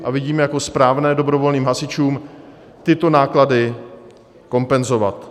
A vidíme jako správné dobrovolným hasičům tyto náklady kompenzovat.